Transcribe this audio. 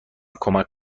کمک